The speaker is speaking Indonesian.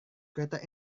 kereta